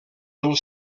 del